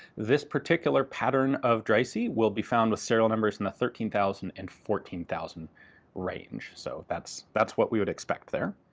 this particular pattern of dreyse will be found with serial numbers in the thirteen thousand and fourteen thousand range, so that's that's what we would expect there.